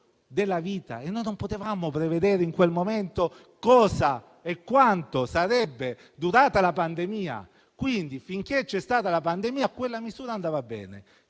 della vita e non potevamo prevedere in quel momento quanto sarebbe durata la pandemia. Quindi finché c'è stata la pandemia quella misura andava bene;